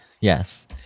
Yes